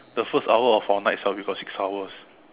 the first hour of our night ah we got six hours